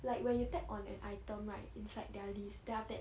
like when you tap on an item right inside their list then after that